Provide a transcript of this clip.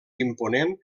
imponent